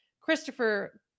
Christopher